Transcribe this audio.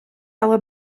але